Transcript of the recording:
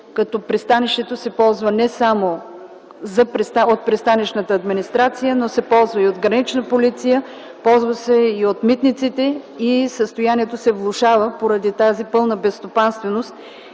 като пристанището се ползва не само от пристанищната администрация, но и от Гранична полиция, ползва се и от митниците. Състоянието се влошава поради тази пълна безстопанственост